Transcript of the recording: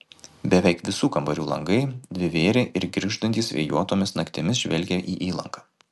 beveik visų kambarių langai dvivėriai ir girgždantys vėjuotomis naktimis žvelgia į įlanką